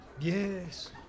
Yes